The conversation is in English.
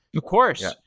of course!